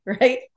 right